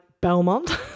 Belmont